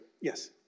Yes